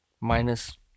Minus